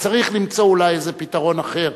כל כך צריך למצוא אולי איזה פתרון אחר.